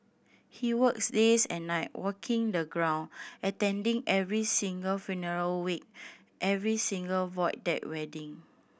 he works days and night walking the ground attending every single funeral wake every single Void Deck wedding